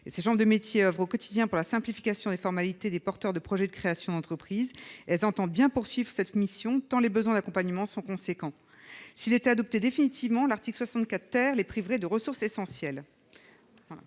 de l'artisanat oeuvrent au quotidien pour la simplification des formalités des porteurs de projets de création d'entreprise, et elles entendent bien poursuivre cette mission tant les besoins d'accompagnement sont importants. S'il était adopté définitivement, l'article 64 les priverait de ressources essentielles.